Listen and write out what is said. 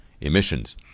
emissions